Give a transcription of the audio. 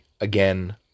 again